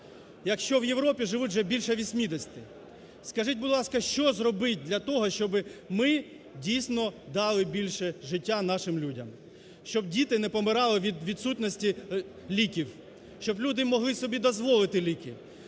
Якщо в Європі живуть вже 80. Скажіть, будь ласка, що зробить для того, щоби ми, дійсно, дали більше життя нашим людям? Щоб діти не помирали від відсутності ліків. Щоб люди могли собі дозволити ліки.